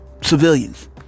civilians